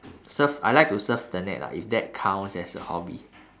surf I like to surf the net lah if that counts as a hobby